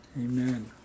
Amen